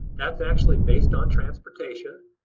that's actually based on transportation,